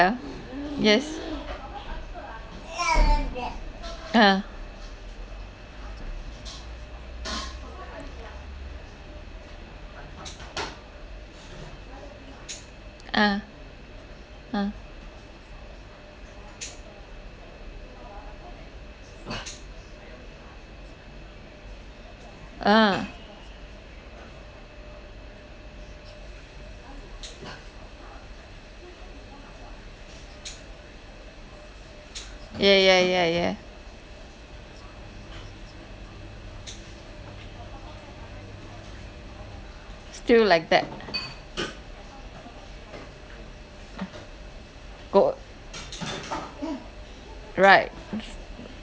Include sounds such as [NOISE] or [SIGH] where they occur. yes (uh huh) [NOISE] ah ah ah ya ya ya ya still like that [NOISE] go right [NOISE]